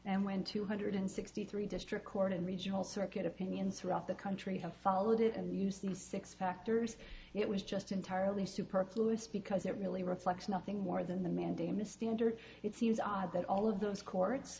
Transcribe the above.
and went two hundred sixty three district court and regional circuit opinions throughout the country have followed it and use these six factors it was just entirely superfluous because it really reflects nothing more than the mandamus standard it seems odd that all of those courts